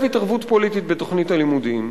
התערבות פוליטית בתוכנית הלימודים,